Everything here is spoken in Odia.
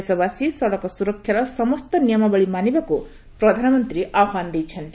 ଦେଶବାସୀ ସଡ଼କ ସୁରକ୍ଷାର ସମସ୍ତ ନିୟମାବଳୀ ମାନିବାକୁ ପ୍ରଧାନମନ୍ତ୍ରୀ ଆହ୍ୱାନ ଦେଇଛନ୍ତି